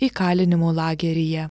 įkalinimu lageryje